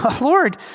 Lord